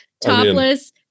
topless